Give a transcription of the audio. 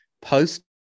post